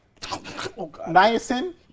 niacin